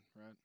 right